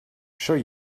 sure